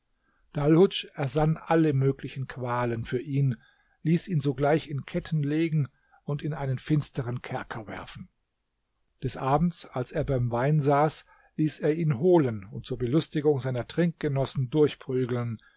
ersann alle möglichen qualen für ihn ließ ihn sogleich in ketten legen und in einen finsteren kerker werfen des abends als er beim wein saß ließ er ihn holen und zur belustigung seiner trinkgenossen durchprügeln